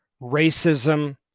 Racism